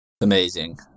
Amazing